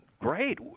great